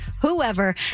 whoever